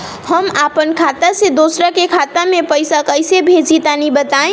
हम आपन खाता से दोसरा के खाता मे पईसा कइसे भेजि तनि बताईं?